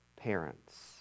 parents